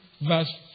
Verse